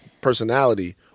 personality